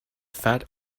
fat